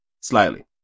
Slightly